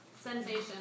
sensation